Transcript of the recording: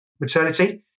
maternity